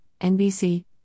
NBC